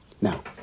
Now